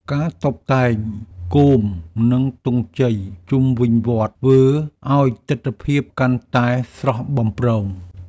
ការតុបតែងគោម និងទង់ជ័យជុំវិញវត្ត ធ្វើឱ្យទិដ្ឋភាពកាន់តែស្រស់បំព្រង។